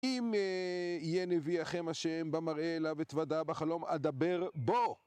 אם יהיה נביאיכם ה, במראה אליו אתוודה, בחלום אדבר בו!